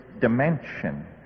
dimension